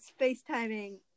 FaceTiming